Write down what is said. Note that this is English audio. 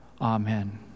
Amen